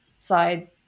side